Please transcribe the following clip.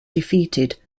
defeated